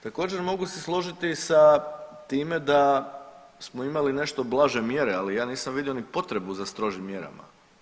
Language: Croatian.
Također mogu se složiti sa time da smo imali nešto blaže mjere, ali ja nisam vidio ni potrebu za strožim mjerama.